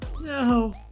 No